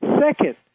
Second